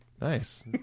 Nice